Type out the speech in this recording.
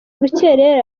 rukerera